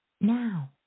Now